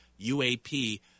UAP